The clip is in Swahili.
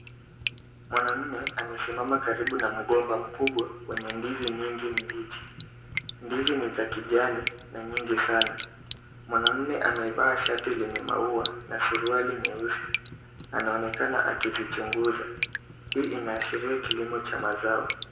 Mwanamume amesimama karibu na mgomba mkubwa wenye ndizi nyingi mbichi. Ndizi ni za kijani na nyingi sana. Mwanamume amevaa shati lenye maua na suruali nyeusi. Anaonekana akizichunguza. Hii inaashiria kilimo cha mazao.